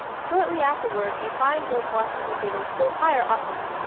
shortly afterward, we find george washington given still higher office,